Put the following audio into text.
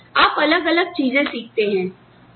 और फिर आप अलग अलग चीजें सीखते हैं